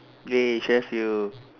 !yay! Sheffield